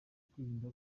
kwirinda